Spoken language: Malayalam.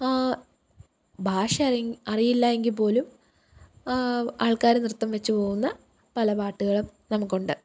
ഭാഷ അല്ലെങ്കിൽ അറിയില്ല എങ്കിൽപ്പോലും ആൾക്കാർ നൃത്തം വച്ച് പോകുന്ന പല പാട്ടുകളും നമക്കുണ്ട്